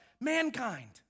mankind